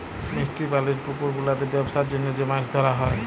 মিষ্টি পালির পুকুর গুলাতে বেপসার জনহ যে মাছ ধরা হ্যয়